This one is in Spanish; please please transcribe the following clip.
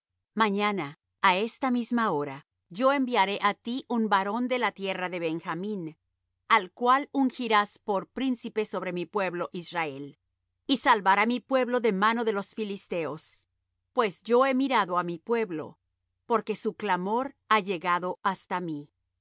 mañana á esta misma hora yo enviaré á ti un varón de la tierra de benjamín al cual ungirás por príncipe sobre mi pueblo israel y salvará mi pueblo de mano de los filisteos pues yo he mirado á mi pueblo porque su clamor ha llegado hasta mí